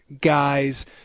guys